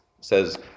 says